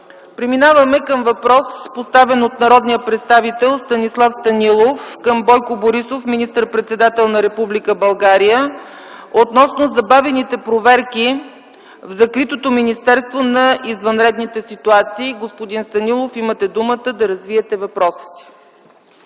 Преминаваме към въпрос, поставен от народния представител Станислав Станилов към Бойко Борисов – министър-председател на Република България, относно забавените проверки в закритото Министерството на извънредните ситуации. Господин Станилов, имате думата да развиете въпроса си.